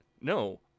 no